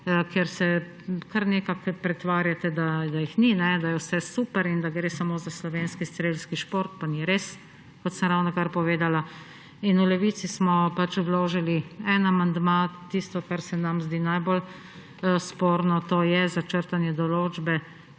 Ker se kar nekako pretvarjate, da jih ni, da je vse super in da gre samo za slovenski strelski šport, pa ni res, kot sem ravnokar povedala, smo v Levici vložili en amandma na tisto, kar se nam zdi najbolj sporno, to je za črtanje določbe,